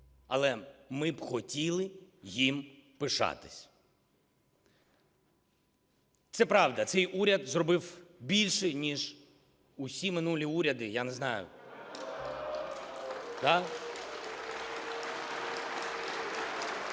Але ми б хотіли їм пишатися. Це правда, цей уряд зробив більше, ніж усі минулі уряди, я не знаю...